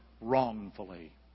wrongfully